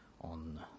on